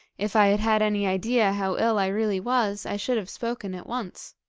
if i had had any idea how ill i really was, i should have spoken at once